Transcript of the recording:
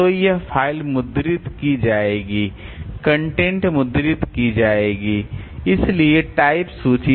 तो यह फ़ाइल मुद्रित की जाएगी कंटेंट मुद्रित की जाएगी इसलिए टाइप सूची